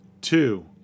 two